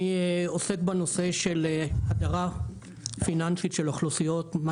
אני עוסק בנושא של הדרה פיננסית של אוכלוסיות מה